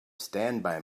standby